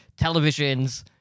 televisions